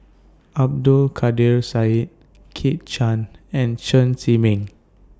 Abdul Kadir Syed Kit Chan and Chen Zhiming